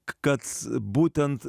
kad būtent